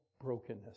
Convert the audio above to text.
brokenness